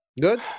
good